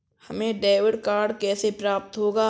हमें debit card कैसे प्राप्त होगा?